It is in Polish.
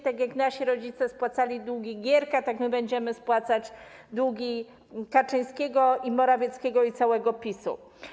Tak jak nasi rodzice spłacali długi Gierka, tak my będziemy spłacać długi Kaczyńskiego i Morawieckiego, i całego PiS-u.